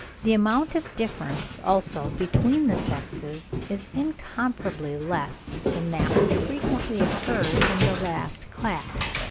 the amount of difference, also, between the sexes is incomparably less than that which frequently occurs in the last class